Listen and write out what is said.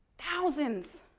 thousands?